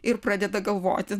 ir pradeda galvoti